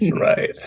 right